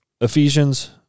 Ephesians